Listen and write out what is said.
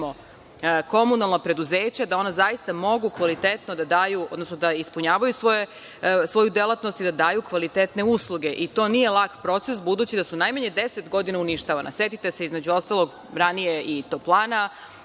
komunalna preduzeća, da ona zaista mogu kvalitetno da daju, odnosno da ispunjavaju svoju delatnost i da daju kvalitetne usluge. I to nije lak proces, budući da su najmanje 10 godina uništavana. Setite se, između ostalog, ranije i toplana